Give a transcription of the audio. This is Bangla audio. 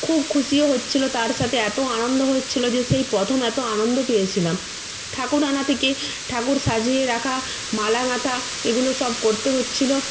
খুব খুশিও হচ্ছিলো তার সাতে এত আনন্দ হচ্ছিলো যে সেই প্রথম এত আনন্দ পেয়েছিলাম ঠাকুর আনা থেকে ঠাকুর সাজিয়ে রাখা মালা গাঁথা এগুলো সব করতে হচ্ছিলো